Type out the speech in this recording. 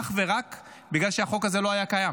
אך ורק בגלל שהחוק הזה לא היה קיים,